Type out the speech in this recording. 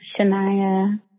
Shania